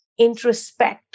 introspect